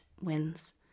wins